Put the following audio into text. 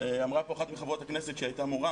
אמרה פה אחת מחברות הכנסת שהיא הייתה מורה